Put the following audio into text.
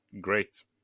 great